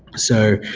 so,